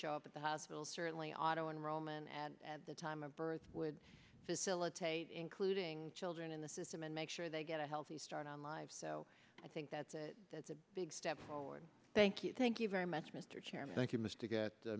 show up at the hospital certainly auto enroll men at the time of birth would facilitate including children in the system and make sure they get a healthy start on life so i think that's a that's a big step forward thank you thank you very much mr chairman